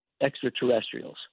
extraterrestrials